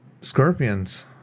scorpions